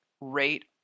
rate